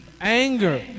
anger